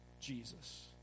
Jesus